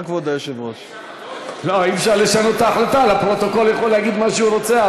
לפרוטוקול הוא יכול להגיד מה שהוא רוצה,